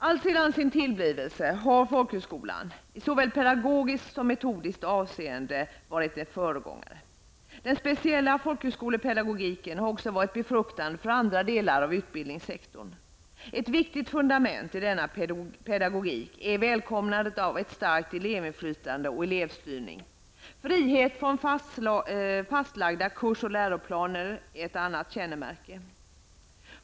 Alltsedan sin tillblivelse har folkhögskolan i såväl pedagogiskt som metodiskt avseende varit en föregångare. Den speciella folkhögskolepedagogiken har också varit befruktande för andra delar av utbildningssektorn. Ett viktigt fundament i denna pedagogik är välkomnandet av ett starkt elevinflytande och elevstyrning. Friheten från fastlagda kurs och läroplaner är ett annat kännemärke.